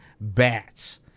bats